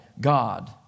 God